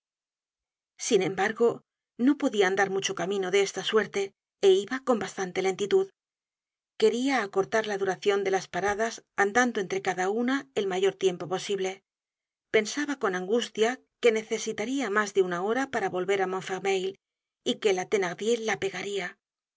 sin embargo no podia andar mucho camino de esta suerte é iba con bastante lentitud quería acortar la duracion de las paradas andando entre cada una el mayor tiempo posible pensaba con angustia que necesitaría mas de una hora para volver á montfermeil y que la thenardier la pegaría